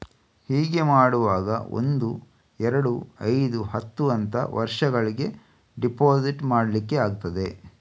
ಹೀಗೆ ಮಾಡುವಾಗ ಒಂದು, ಎರಡು, ಐದು, ಹತ್ತು ಅಂತ ವರ್ಷಗಳಿಗೆ ಡೆಪಾಸಿಟ್ ಮಾಡ್ಲಿಕ್ಕೆ ಆಗ್ತದೆ